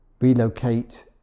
relocate